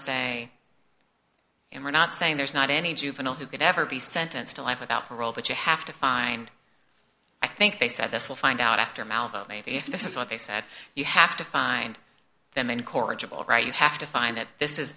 say we're not saying there's not any juvenile who could ever be sentenced to life without parole but you have to find i think they said this will find out after malveaux if this is what they said you have to find them and corrigible right you have to find that this is